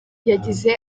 yagize